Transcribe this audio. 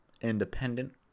independent